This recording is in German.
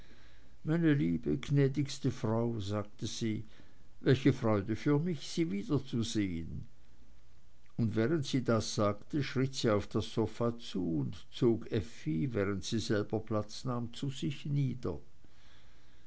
meine liebe gnädigste frau sagte sie welche freude für mich sie wiederzusehen und während sie das sagte schritt sie auf das sofa zu und zog effi während sie selber platz nahm zu sich nieder